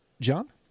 John